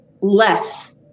less